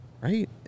right